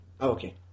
Okay